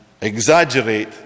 exaggerate